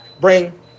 bring